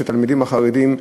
של התלמידים החרדים: